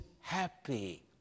happy